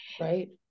Right